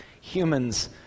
humans